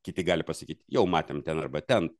kiti gali pasakyt jau matėm ten arba ten